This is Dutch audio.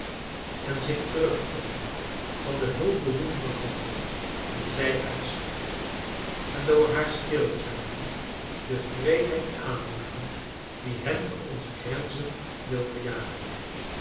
en zich terugtrekken van de hulpbehoevende handen die zij uitstrekken en door haar stilzwijgen de wreedheid aanmoedigen die hen van onze grenzen wil verjagen